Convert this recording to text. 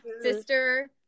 sister